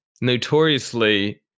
notoriously